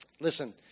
listen